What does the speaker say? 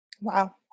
Wow